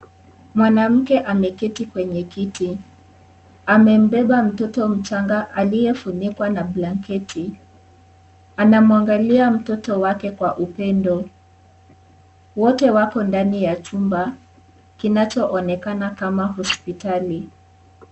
Mwanamke ameketi kwenye kiti, amembeba mtoto mchanga aliye funikwa na blanketi, anamwangalia mtoto wake kwa upendo, wote wako ndani ya chumba, kinacho onekana kama hospitali.